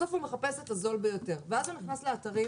בסוף הוא מחפש את הזול ביותר ואז הוא נכנס לאתרים,